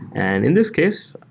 and in this case,